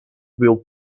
will